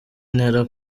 ntera